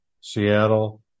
Seattle